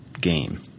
game